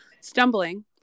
stumbling